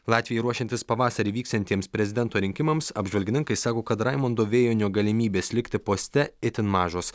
latvijai ruošiantis pavasarį vyksiantiems prezidento rinkimams apžvalgininkai sako kad raimundo vėjonio galimybės likti poste itin mažos